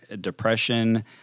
depression